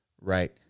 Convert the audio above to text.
right